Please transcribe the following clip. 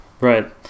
Right